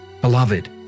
Beloved